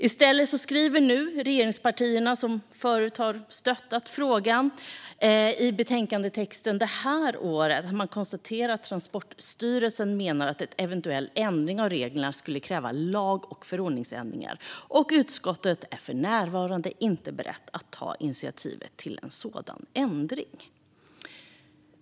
I stället skriver nu regeringspartierna, som förut har stöttat detta, i årets betänkandetext: "Utskottet konstaterar att Transportstyrelsen menar att en eventuell ändring av reglerna skulle kräva lag och förordningsändringar, och utskottet är för närvarande inte berett att ta initiativ till sådana ändringar."